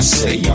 say